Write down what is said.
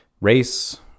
Race